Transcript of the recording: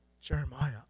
Jeremiah